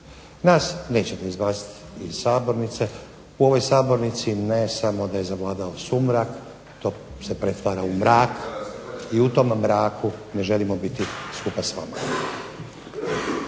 Nas nećete izbaciti iz sabornice, u ovoj sabornici ne samo da je zavladao sumrak to se pretvara u mrak i u tom mraku ne želimo biti skupa s vama.